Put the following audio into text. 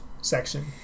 section